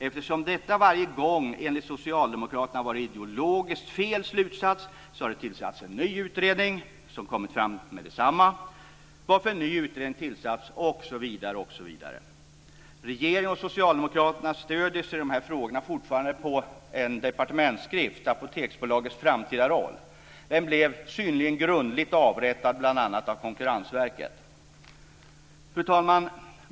Eftersom detta varje gång enligt Socialdemokraterna varit ideologiskt fel slutsats har det tillsatts en ny utredning som kommit fram till detsamma, varför en ny utredning tillsatts, osv. Regeringen och Socialdemokraterna stöder sig i dessa frågor fortfarande på en departementsskrift, Apoteksbolagets framtida roll. Den blev grundligt avrättad, bl.a. av Konkurrensverket. Fru talman!